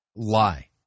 lie